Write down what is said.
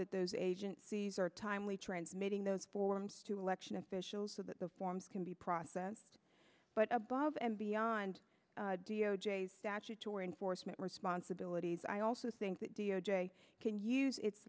that those agencies are timely transmitting those forms to election officials so that the forms can be processed but above and beyond d o j statutory enforcement responsibilities i also think that d o j can use it